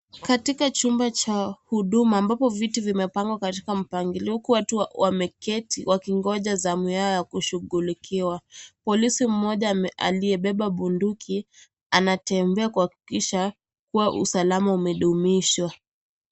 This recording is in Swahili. Katika chumba cha huduma ambapo viti vimepangwa katika mpangilio huku watu wameketi wakingoja zamu yao ya kushugulikiwa. Polisi mmoja aliyebeba bunduki anatembea kuhakikisha kuwa usalama umedumishwa.